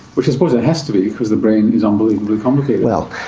which i suppose it has to be because the brain is unbelievably complicated. well,